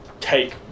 take